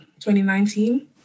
2019